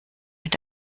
mit